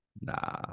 Nah